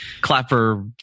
clapper